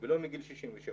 ולא מגיל 67,